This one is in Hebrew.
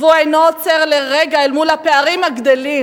והוא אינו עוצר לרגע אל מול הפערים הגדלים.